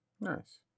Nice